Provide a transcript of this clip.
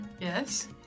Yes